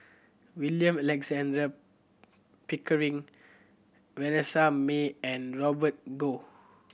William Alexander Pickering Vanessa Mae and Robert Goh